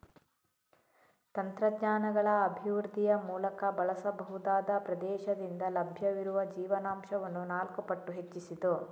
ತಂತ್ರಜ್ಞಾನಗಳ ಅಭಿವೃದ್ಧಿಯ ಮೂಲಕ ಬಳಸಬಹುದಾದ ಪ್ರದೇಶದಿಂದ ಲಭ್ಯವಿರುವ ಜೀವನಾಂಶವನ್ನು ನಾಲ್ಕು ಪಟ್ಟು ಹೆಚ್ಚಿಸಿತು